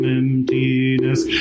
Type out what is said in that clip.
emptiness